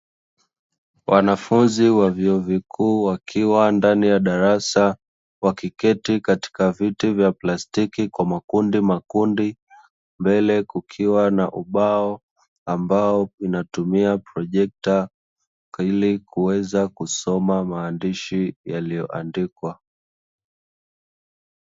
Wanafunzi wa vyuo vikuu wakiwa ndani ya darasa, wakiketi katika viti vya plastiki kwa makundimakundi, mbele kukiwa na ubao ambao unatumia projekta ili kuweza kusoma maandishi yaliyoandikwa.